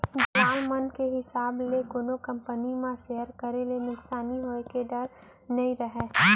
दलाल मन के हिसाब ले कोनो कंपनी म सेयर करे ले नुकसानी होय के डर ह नइ रहय